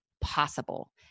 possible